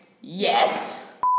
Yes